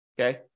okay